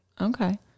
okay